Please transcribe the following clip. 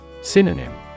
Synonym